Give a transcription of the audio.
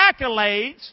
Accolades